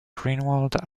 greenwald